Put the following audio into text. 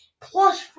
Plus